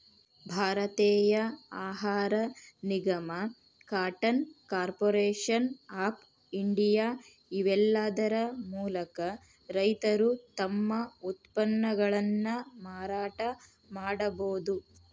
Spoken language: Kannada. ಭಾರತೇಯ ಆಹಾರ ನಿಗಮ, ಕಾಟನ್ ಕಾರ್ಪೊರೇಷನ್ ಆಫ್ ಇಂಡಿಯಾ, ಇವೇಲ್ಲಾದರ ಮೂಲಕ ರೈತರು ತಮ್ಮ ಉತ್ಪನ್ನಗಳನ್ನ ಮಾರಾಟ ಮಾಡಬೋದು